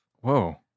Whoa